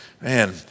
Man